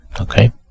Okay